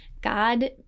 God